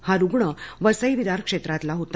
हा रुग्ण वसई विरार क्षेत्रातला होता